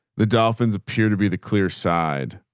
the dolphins appear to be the clear side,